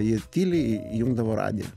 jie tyliai įjungdavo radiją